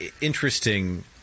interesting